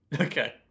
Okay